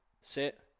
sit